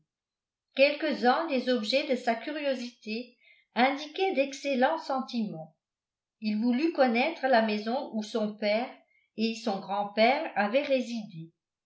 quelques-uns des objets de sa curiosité indiquaient d'excellents sentiments il voulut connaître la maison où son père et son grand'père avaient résidé